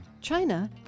China